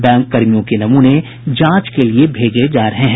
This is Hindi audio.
बैंक कर्मियों के नमूने जाँच के भेजे जा रहे हैं